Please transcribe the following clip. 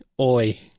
Oi